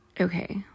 Okay